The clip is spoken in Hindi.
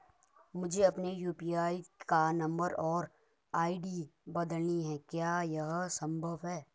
मुझे अपने यु.पी.आई का नम्बर और आई.डी बदलनी है क्या यह संभव है?